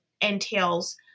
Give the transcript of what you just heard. entails